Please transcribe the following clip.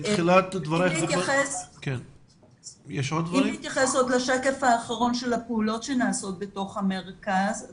אם נתייחס עוד לשקף האחרון של הפעולות שנעשות בתוך מרכז ההגנה,